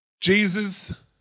Jesus